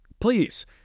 Please